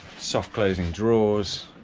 soft closing drawers,